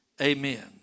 Amen